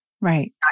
Right